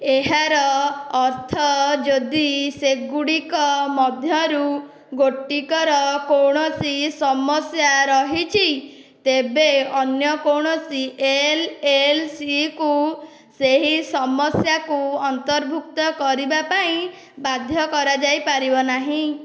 ଏହାର ଅର୍ଥ ଯଦି ସେଗୁଡ଼ିକ ମଧ୍ୟରୁ ଗୋଟିକର କୌଣସି ସମସ୍ୟା ରହିଛି ତେବେ ଅନ୍ୟ କୌଣସି ଏଲ୍ଏଲ୍ସିକୁ ସେହି ସମସ୍ୟାକୁ ଅନ୍ତର୍ଭୁକ୍ତ କରିବା ପାଇଁ ବାଧ୍ୟ କରାଯାଇପାରିବ ନାହିଁ